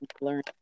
learn